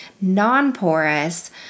non-porous